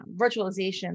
virtualization